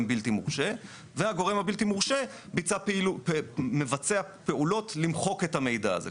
בלתי מורשה והגורם הבלתי מורשה מבצע פעולות למחוק את המידע הזה.